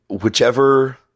whichever